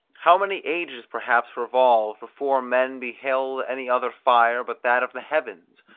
how many ages perhaps revolved, before men beheld any other fire but that of the heavens?